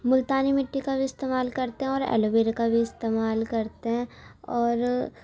مُلتانی مٹی کا بھی استعمال کرتے ہیں اور ایلو ویرے کا بھی استعمال کرتے ہیں اور